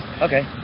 Okay